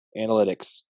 analytics